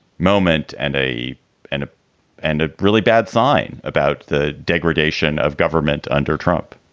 moment and a and ah and a really bad sign about the degradation of government under trump.